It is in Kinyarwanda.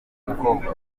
mukobwa